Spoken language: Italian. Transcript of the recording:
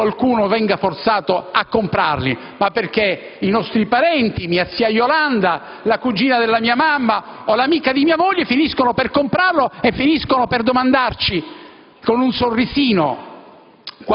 perché qualcuno venga forzato a comprarli, ma perché i nostri parenti, mia zia Iolanda, la cugina della mia mamma o l'amica di mia moglie finiscono per comprarlo e per domandarci con un sorrisino